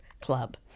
club